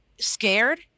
Scared